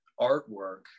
artwork